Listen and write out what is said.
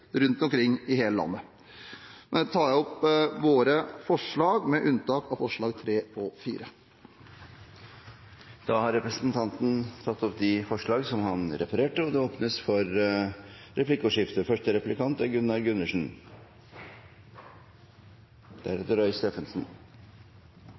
rundt omkring i hele landet. Med dette tar jeg opp Senterpartiets forslag, med unntak av forslagene nr. 3 og 4. Da har representanten Trygve Slagsvold Vedum tatt opp de forslagene han refererte til. Det blir replikkordskifte. Det er